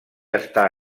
està